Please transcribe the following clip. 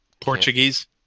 Portuguese